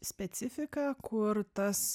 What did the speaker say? specifika kur tas